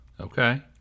Okay